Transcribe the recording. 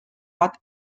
bat